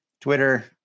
Twitter